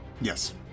Yes